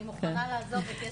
אני מוכנה לעזוב את יש עתיד.